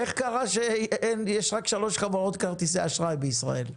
איך קרה שיש רק שלוש חברות כרטיסי אשראי בישראל?